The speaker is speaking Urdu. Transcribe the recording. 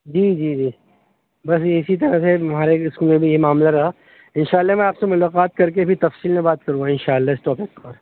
جی جی جی بس اسی طرح سے ہمارے اسکول میں بھی یہ معاملہ رہا ان شاء اللہ میں آپ سے ملاقات کر کے پھر تفصیل میں بات کروں گا ان شاء اللہ اس ٹاپک پر